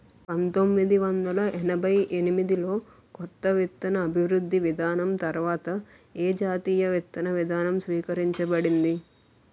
పంతోమ్మిది వందల ఎనభై ఎనిమిది లో కొత్త విత్తన అభివృద్ధి విధానం తర్వాత ఏ జాతీయ విత్తన విధానం స్వీకరించబడింది?